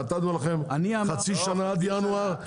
נתנו לכם חצי שנה עד ינואר,